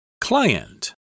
Client